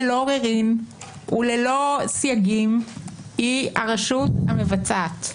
ללא עוררין וללא סייגים היא הרשות המבצעת,